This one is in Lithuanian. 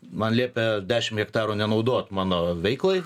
man liepė dešimt hektarų nenaudot mano veiklai